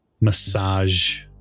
massage